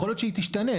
יכול להיות שהיא תשתנה.